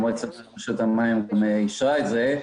מועצת רשות המים אישרה את זה.